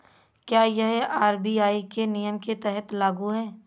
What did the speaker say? क्या यह आर.बी.आई के नियम के तहत लागू है?